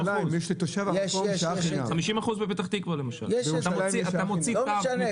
50%. למשל בפתח-תקווה 50%. אתה מוציא תו מקומי --- לא משנה,